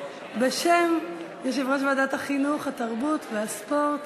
בשם יושב-ראש ועדת החינוך, התרבות והספורט